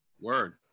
Word